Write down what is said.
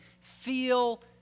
feel